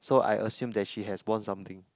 so I assume that she has won something